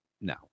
No